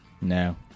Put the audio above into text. No